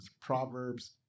Proverbs